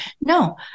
no